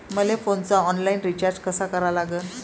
मले फोनचा online recharge कसा करा लागन?